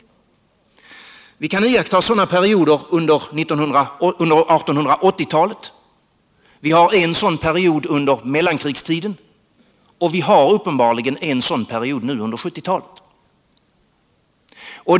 Vi kan iakttaga sådana perioder under 1880-talet. Vi hade en sådan period under mellankrigstiden, och vi har uppenbarligen nu en sådan period under 1970-talet.